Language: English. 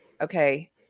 okay